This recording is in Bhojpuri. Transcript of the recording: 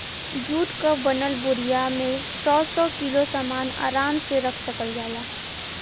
जुट क बनल बोरिया में सौ सौ किलो सामन आराम से रख सकल जाला